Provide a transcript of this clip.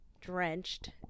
drenched